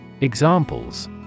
Examples